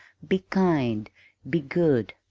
be kind be good,